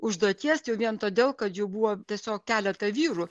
užduoties jau vien todėl kad jų buvo tiesiog keleta vyrų